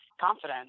confidence